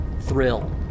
thrill